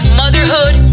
motherhood